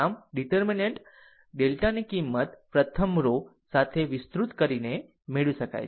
આમ ડીટેર્મિનન્ટ ડેલ્ટાની કિંમત પ્રથમ રો સાથે વિસ્તૃત કરીને મેળવી શકાય છે